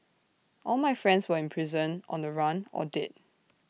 all my friends were in prison on the run or dead